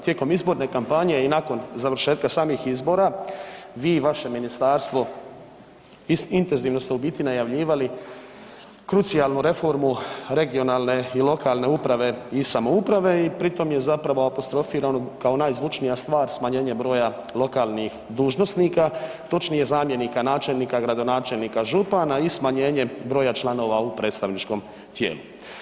Tijekom izborne kampanje i nakon završetka samih izbora, vi i vaše ministarstvo intenzivno ste u biti najavljivali krucijalnu reformu regionalne i lokalne uprave i samouprave i pri tom je apostrofirano kao najzvučnija stvar smanjenje broja lokalnih dužnosnika, točnije zamjenika načelnika, gradonačelnika, župana i smanjenje broja članova u predstavničkom tijelu.